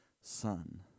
son